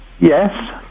Yes